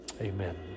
amen